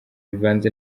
bivanze